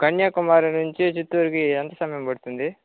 కన్యాకుమారి నుంచి చిత్తూరుకి ఎంత సమయం పడుతుంది